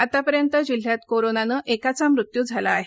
आतापर्यंत जिल्ह्यात कोरोनाने एकाचा मृत्यू झाला आहे